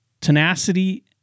tenacity